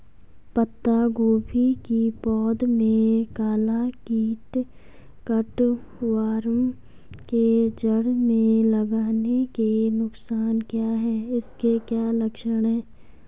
पत्ता गोभी की पौध में काला कीट कट वार्म के जड़ में लगने के नुकसान क्या हैं इसके क्या लक्षण हैं?